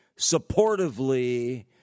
supportively